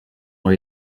ont